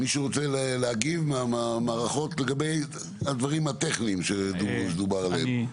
מישהו רוצה להגיב לגבי הדברים הטכניים שדובר עליהם?